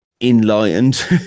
enlightened